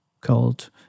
called